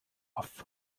off